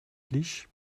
plij